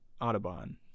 Audubon